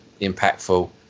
impactful